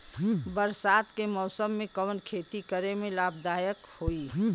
बरसात के मौसम में कवन खेती करे में लाभदायक होयी?